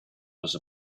was